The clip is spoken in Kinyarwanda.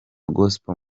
gospel